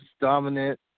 dominant